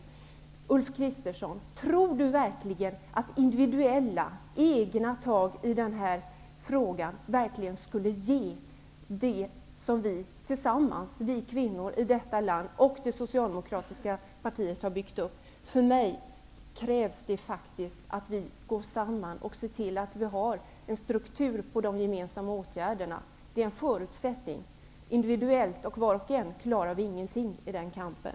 Tror Ulf Kristersson verkligen att individuella, egna tag i den här frågan verkligen skulle ge det som vi tillsammans, vi kvinnor i detta land och det Socialdemokratiska partiet har byggt upp? För mig krävs det faktiskt att vi går samman och ser till att vi har en struktur på de gemensamma åtgärderna. Det är en förutsättning. Individuellt och var och en klarar vi ingenting i den kampen.